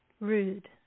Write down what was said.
rude